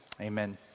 amen